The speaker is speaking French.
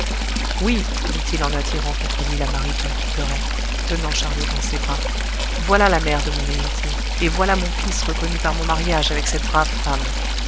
oui dit-il en attirant contre lui la mariton qui pleurait tenant charlot dans ses bras voilà la mère de mon héritier et voilà mon fils reconnu par mon mariage avec cette brave femme